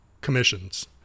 commissions